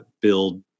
build